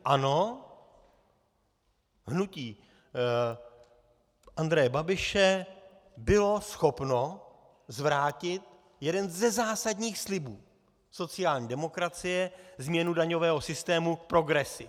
ANO, hnutí Andreje Babiše, bylo schopno zvrátit jeden ze zásadních slibů sociální demokracie, změnu daňového systému k progresi.